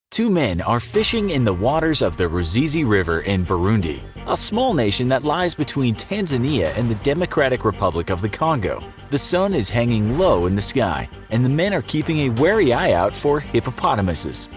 two men are fishing in the waters of the ruzizi river in burundi, a small nation that lies between tanzania and the democratic republic of the congo. the sun is hanging low in the sky, and the men are keeping a wary eye out for hippopotamuses.